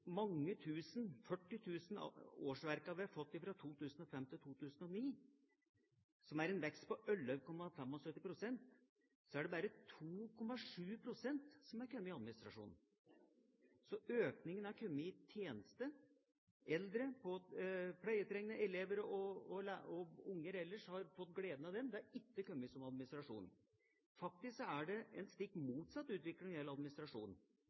mange tusen – 40 000 – årsverkene vi har fått fra 2005 til 2009, som er en vekst på 11,75 pst., er det bare 2,7 pst. som har kommet i administrasjonen. Så økningen har kommet i tjenester. Eldre, pleietrengende og elever og unger har fått glede av den. Den har ikke kommet i administrasjonen. Faktisk er det en stikk motsatt utvikling når det gjelder